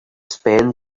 spend